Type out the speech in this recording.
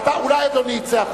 אתה יודע מה?